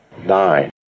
nine